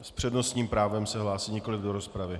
S přednostním právem se hlásí, nikoliv do rozpravy.